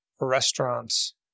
restaurants